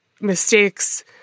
mistakes